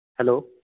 hello